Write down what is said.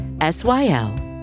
S-Y-L